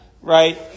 right